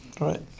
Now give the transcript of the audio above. Right